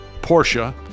Porsche